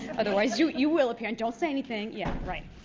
otherwise you you will appear and don't say anything. yeah, right.